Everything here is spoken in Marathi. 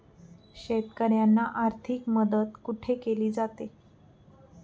शेतकऱ्यांना आर्थिक मदत कुठे केली जाते?